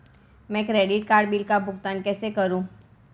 मैं credit card bill का भुगतान कैसे करूं?